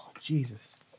Jesus